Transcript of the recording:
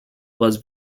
was